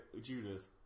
Judith